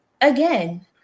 Again